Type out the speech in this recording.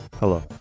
Hello